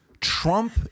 Trump